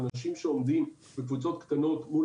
האנשים שעומדים בקבוצות קטנות מול